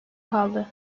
kaldı